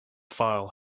file